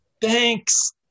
Thanks